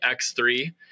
X3